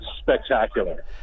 spectacular